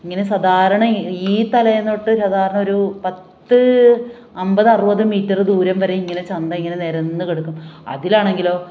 ഇങ്ങനെ സാധാരണ ഈ ഈ തലയിൽ നിന്ന് തൊട്ട് സാധാരണ ഒരു പത്ത് അമ്പത് അറുപത് മീറ്റർ ദൂരം വരെ ഇങ്ങനെ ചന്ത ഇങ്ങനെ നിരന്ന് കിടക്കും അതിലാണെങ്കിലോ